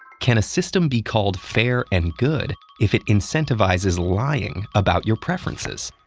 can a system be called fair and good if it incentivizes lying about your preferences?